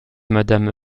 madame